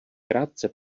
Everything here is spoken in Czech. krátce